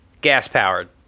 Gas-powered